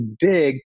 big